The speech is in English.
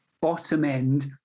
bottom-end